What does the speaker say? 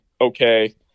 okay